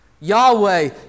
Yahweh